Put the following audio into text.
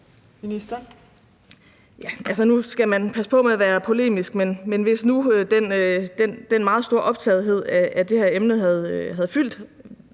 (Astrid Krag): Altså, nu skal man passe på med at være polemisk, men hvis nu den meget store optagethed af det her emne havde fyldt